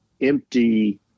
empty